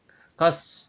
cause